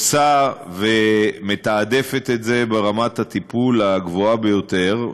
עושה ומתעדפת את זה ברמת הטיפול הגבוהה ביותר.